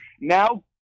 now –